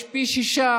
יש פי שישה,